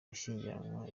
gushyingiranwa